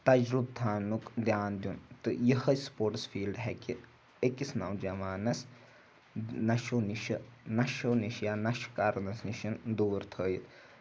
تجرُبہٕ تھاونُک دھیان دیُن تہٕ یِہٕے سپوٹٕس فیٖلڈٕ ہٮ۪کہِ أکِس نوجوانَس نَشو نِشہِ ںَشو نِش یا نَشہِ کَرنَس نِشَن دوٗر تھٲیِتھ